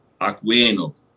Aquino